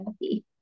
happy